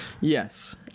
Yes